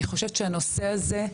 אני חושבת שהנושא הזה,